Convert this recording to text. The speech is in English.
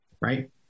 right